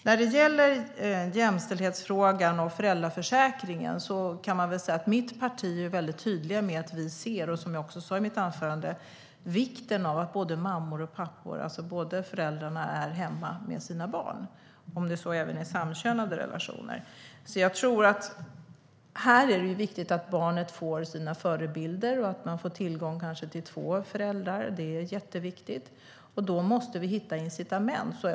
När det gäller jämställdhetsfrågan och föräldraförsäkringen är vi i mitt parti väldigt tydliga med att vi ser vikten av att båda föräldrarna, både mammor och pappor, är hemma med sina barn, även i samkönade relationer. Det är viktigt att barnen får sina förebilder och att de får tillgång till två föräldrar. Det är jätteviktigt. Då måste vi hitta incitament.